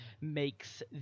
makes